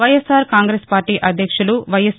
YSR Congress party అధ్యక్షులు YS